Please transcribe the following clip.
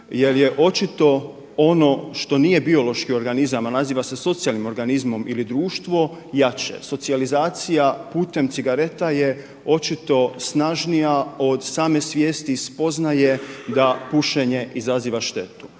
jer je očito ono što nije biološki organizam, a naziva se socijalnim organizmom ili društvo jače. Socijalizacija putem cigareta je očito snažnija od same svijesti i spoznaje da pušenje izaziva štetu.